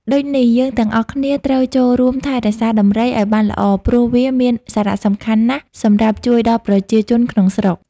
ដូចនេះយើងទាំងអស់គ្នាត្រូវចូលរួមថែរក្សាដំរីឲ្យបានល្អព្រោះវាមានសារៈសំខាន់ណាស់សម្រាប់ជួយដល់ប្រជាជនក្នុងស្រុក។